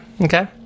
okay